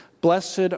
Blessed